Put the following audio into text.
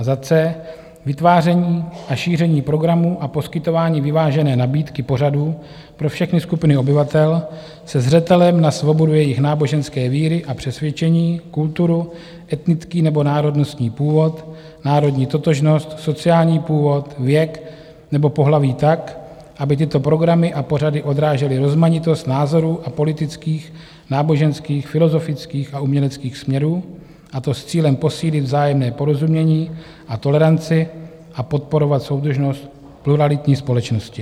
c) vytváření a šíření programů a poskytování vyvážené nabídky pořadů pro všechny skupiny obyvatel se zřetelem na svobodu jejich náboženské víry a přesvědčení, kulturu, etnický nebo národnostní původ, národní totožnost, sociální původ, věk nebo pohlaví tak, aby tyto programy a pořady odrážely rozmanitost názorů a politických, náboženských, filozofických a uměleckých směrů, a to s cílem posílit vzájemné porozumění a toleranci a podporovat soudržnost pluralitní společnosti,